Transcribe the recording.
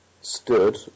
stood